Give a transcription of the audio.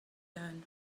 learn